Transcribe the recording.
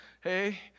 Hey